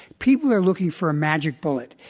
people are looking for a magic bullet.